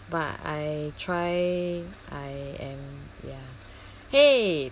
but I try I am ya !hey!